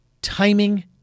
Timing